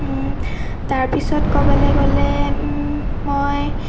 তাৰপিছত ক'বলৈ গ'লে মই